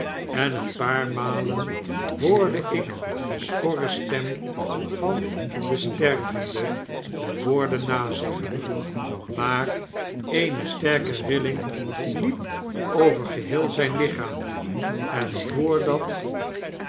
en een paar malen hoorde ik de schorre stem van den stervende de woorden nazeggen maar eene sterke rilling liep over geheel zyn lichaam en voordat